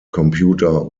computer